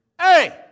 hey